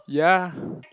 ya